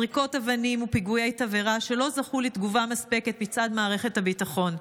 זריקות אבנים ובקבוקי תבערה שלא זכו לתגובה מספקת מצד מערכת הביטחון.